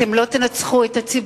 אתם לא תנצחו את הציבור.